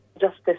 justice